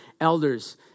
elders